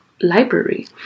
library